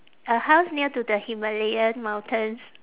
a house near to the himalayan mountains